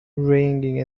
ringing